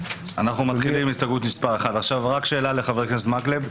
שאלה לחבר הכנסת מקלב,